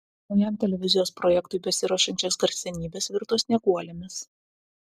naujam televizijos projektui besiruošiančios garsenybės virto snieguolėmis